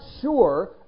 sure